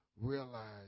realize